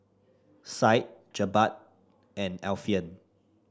Syed Jebat and Alfian